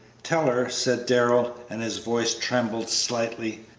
tell her, said darrell, and his voice trembled slightly,